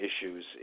issues